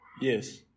Yes